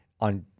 on